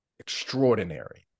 Extraordinary